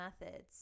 methods